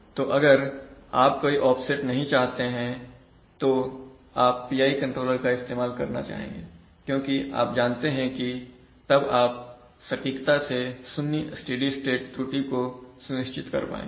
तो अगर आप कोई ऑफसेट नहीं चाहते हैं तो आप PI कंट्रोल का इस्तेमाल करना चाहेंगे क्योंकि आप जानते हैं कि तब आप सटीकता से शून्य स्टेडी स्टेट त्रुटि को सुनिश्चित कर पाएंगे